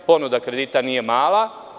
Ponuda kredita nije mala.